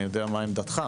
אני יודע מה עמדתך,